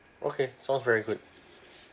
okay sounds very good